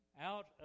out